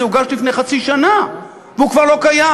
הוגש לפני חצי שנה והוא כבר לא קיים.